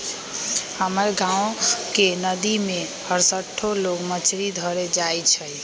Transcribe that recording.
हमर गांव के नद्दी में हरसठ्ठो लोग मछरी धरे जाइ छइ